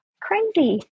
Crazy